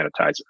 sanitizer